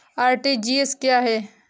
RTGS क्या है?